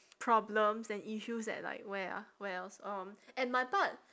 problems and issues at like where ah where else um and my part